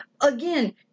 again